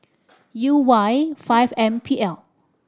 U Y five M P L